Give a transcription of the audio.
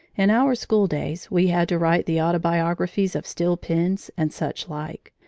in our schooldays we had to write the autobiographies of steel pens, and such-like,